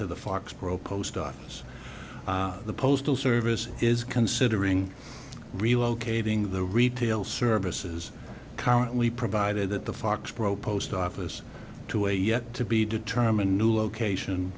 to the foxboro post office the postal service is considering relocating the retail services currently provided that the foxboro post office to a yet to be determined new location